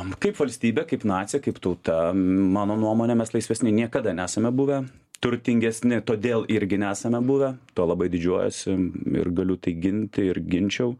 kaip valstybė kaip nacija kaip tauta mano nuomone mes laisvesni niekada nesame buvę turtingesni todėl irgi nesame buvę tuo labai didžiuojuosi ir galiu tai ginti ir ginčiau